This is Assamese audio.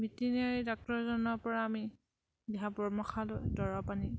ভেটেৰনেৰী ডাক্টৰজনৰ পৰা আমি দিহা পৰামৰ্শ লৈ দৰৱ পানী